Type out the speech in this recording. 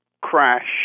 crash